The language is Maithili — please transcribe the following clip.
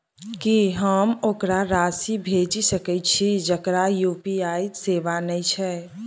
की हम ओकरा राशि भेजि सकै छी जकरा यु.पी.आई सेवा नै छै?